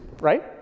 right